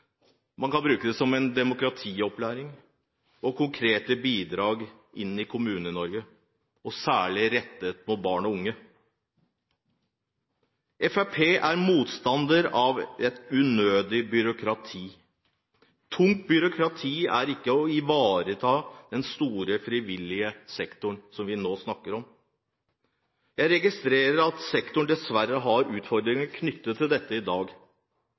Man kan aktivisere innen både helse, demokratiopplæring og med tanke på konkrete bidrag inn i Kommune-Norge, og særlig rettet mot barn og unge. Fremskrittspartiet er motstander av et unødig byråkrati. Tungt byråkrati er ikke å ivareta den store, frivillige sektoren som vi nå snakker om. Jeg registrerer at sektoren dessverre har utfordringer knyttet til dette i dag.